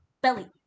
Belly